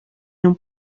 non